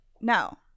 No